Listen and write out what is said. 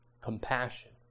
Compassion